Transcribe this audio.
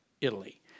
Italy